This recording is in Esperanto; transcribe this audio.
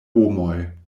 homoj